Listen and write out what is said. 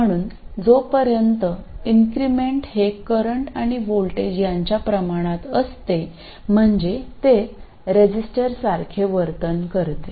म्हणून जोपर्यंत इन्क्रिमेंट हे करंट आणि व्होल्टेज यांच्या प्रमाणात असते म्हणजे ते रजिस्टरसारखे वर्तन करते